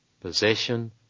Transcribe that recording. possession